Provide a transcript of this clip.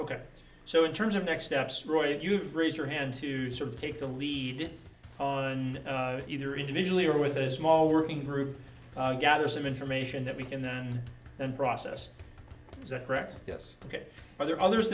ok so in terms of next steps roy you raise your hand to sort of take the lead on either individually or with a small working group and gather some information that we can then and process is that correct yes ok but there are others